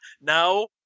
Now